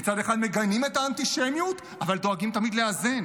מצד אחד מגנים את האנטישמיות אבל דואגים תמיד לאזן.